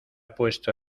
puesto